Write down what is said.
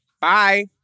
bye